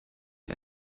dir